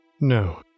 No